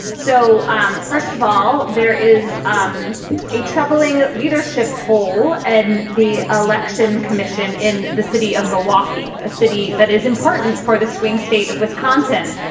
so, um first of all, there is um a troubling leadership poll and the election commission in the city of milwaukee, a city that is important for the swing state of wisconsin.